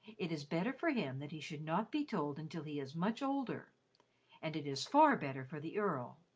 it is better for him that he should not be told until he is much older and it is far better for the earl.